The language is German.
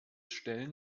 stellen